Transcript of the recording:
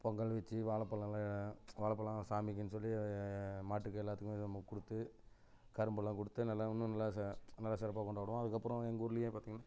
பொங்கல் வச்சி வாழைப்பழோலாம் வாழைப்பழம் சாமிக்குன்னு சொல்லி மாட்டுக்கு எல்லாத்துக்கும் நம்ப கொடுத்து கரும்பெல்லாம் கொடுத்து நல்லா இன்னும் நல்லா ச நல்லா சிறப்பா கொண்டாடுவோம் அதற்கப்பறோம் எங்கள் ஊர்லையே பார்த்திங்கனா